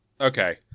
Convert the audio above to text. Okay